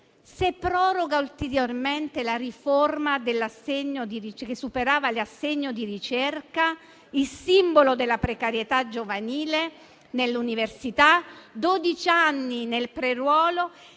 se proroga ulteriormente la riforma che superava l'assegno di ricerca, che è il simbolo della precarietà giovanile nell'università? Dodici anni nel pre-ruolo.